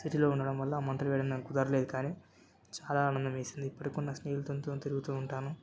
సిటీలో ఉండడం వల్ల మంటలు వేయడం నాకు కుదరలేదు కానీ చాలా ఆనందమేసింది ఇప్పటికీ కూడా నా స్నేహితులతోని తిరుగుతూ ఉంటాను